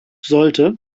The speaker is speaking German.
sollte